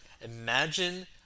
Imagine